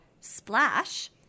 Splash